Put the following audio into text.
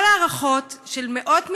כל ההערכות של מאות מיליארדים,